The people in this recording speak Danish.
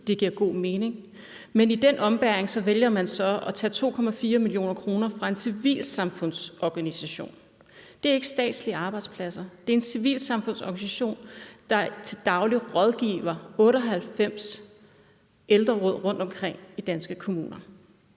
det giver god mening – men i den ombæring vælger man så at tage 2,4 mio. kr. fra en civilsamfundsorganisation. Det er ikke statslige arbejdspladser; det er en civilsamfundsorganisation, der til daglig rådgiver 98 ældreråd rundtomkring i danske kommuner.